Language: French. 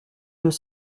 deux